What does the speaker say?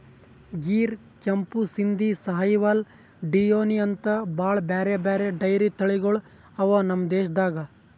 ಗಿರ್, ಕೆಂಪು ಸಿಂಧಿ, ಸಾಹಿವಾಲ್, ಡಿಯೋನಿ ಅಂಥಾ ಭಾಳ್ ಬ್ಯಾರೆ ಬ್ಯಾರೆ ಡೈರಿ ತಳಿಗೊಳ್ ಅವಾ ನಮ್ ದೇಶದಾಗ್